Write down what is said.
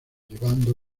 llevando